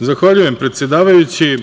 Zahvaljujem, predsedavajući.